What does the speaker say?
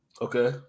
Okay